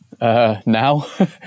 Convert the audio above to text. Now